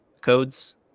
codes